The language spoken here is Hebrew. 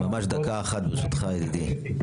ממש דקה אחת, ברשותך ידידי.